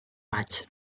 maig